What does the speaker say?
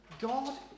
God